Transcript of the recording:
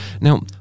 Now